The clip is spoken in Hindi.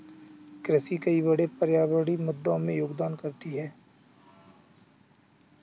कृषि कई बड़े पर्यावरणीय मुद्दों में योगदान करती है